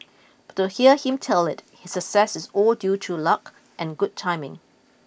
but to hear him tell it his success is all due to luck and good timing